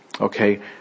okay